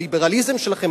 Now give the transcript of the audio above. הליברליזם שלכם?